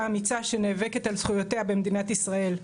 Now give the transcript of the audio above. אמיצה שנאבקת על זכויותיה במדינת ישראל,